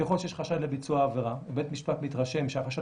ככל שיש חשד לביצוע עבירה ובית משפט מתרשם שהחשד